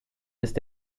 ist